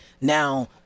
Now